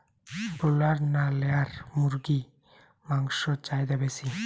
Broiler না layer মুরগির মাংসর চাহিদা বেশি?